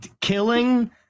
killing